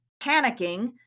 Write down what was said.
panicking